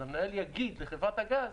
אז המנהל יגיד לחברת הגז: